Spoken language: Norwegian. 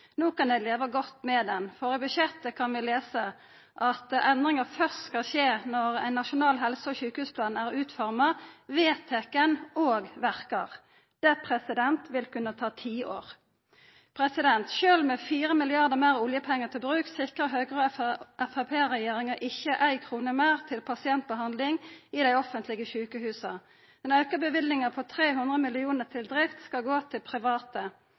No kan dei leva godt med ho, for i budsjettet kan vi lesa at endringa først skal skje når ein nasjonal helse- og sjukehusplan er utforma, vedteken og verkar. Det vil kunna ta tiår. Sjølv med 4 milliardar fleire oljekroner til bruk sikrar Høgre–Framstegsparti-regjeringa ikkje éi krone meir til pasientbehandling i dei offentlege sjukehusa. Den auka løyvinga på 300 mill. kr til drift skal gå til private.